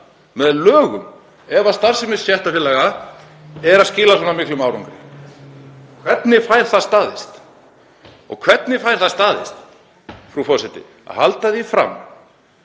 með lögum ef starfsemi stéttarfélaga er að skila svona miklum árangri? Hvernig fær það staðist? Hvernig fær það staðist, frú forseti, að halda því fram